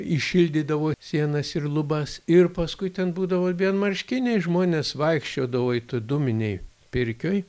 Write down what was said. įšildydavo sienas ir lubas ir paskui ten būdavo vienmarškiniai žmonės vaikščiodavo it dūminėj pirkioj